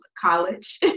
college